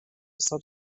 sub